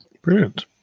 Brilliant